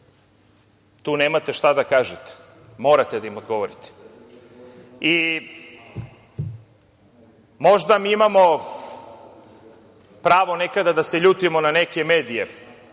Tu nemate šta da kažete, morate da im odgovorite. Možda mi imamo pravo nekada da se ljutimo na neke medije,